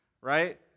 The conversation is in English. right